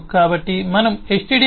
కాబట్టి మనం stdio